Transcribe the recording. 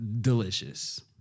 Delicious